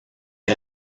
est